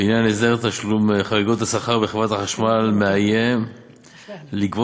בעניין: הסדר תשלום חריגות בשכר בחברת החשמל מאיים לגבות